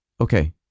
okay